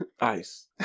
Ice